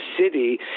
City